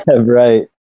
right